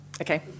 okay